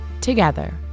together